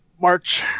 march